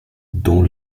dans